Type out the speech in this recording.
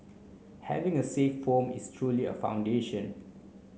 having a safe form is truly a foundation